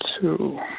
two